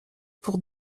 pour